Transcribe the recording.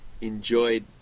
enjoyed